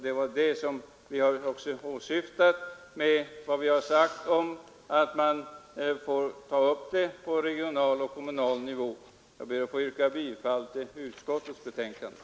Det var det vi inom utskottet åsyftade med att säga att frågan i första hand bör tas upp på regional och kommunal nivå. Herr talman! Jag ber att få yrka bifall till utskottets hemställan.